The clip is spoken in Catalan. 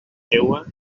seua